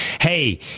hey